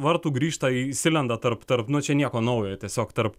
vartų grįžta jis įlenda tarp tarp nu čia nieko naujo tiesiog tarp